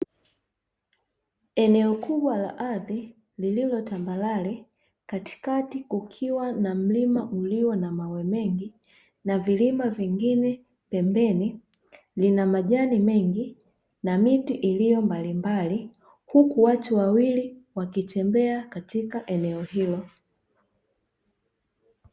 Eneo kubwa la ardhi lililo tambarare katikati kukiwa na mlima ulio na mawe mengi na vilima vingine pembeni, lina majani mengi na miti iliyo mbali mbali, huku watu wawili wakitembea katika eneo hilo.